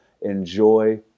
enjoy